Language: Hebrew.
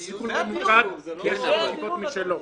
וסיכול ממוקד יש לו סיבות משלו.